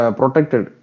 protected